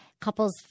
Couples